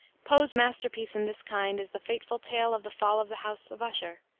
poe's masterpiece in this kind is the fateful tale of the fall of the house of usher,